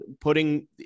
putting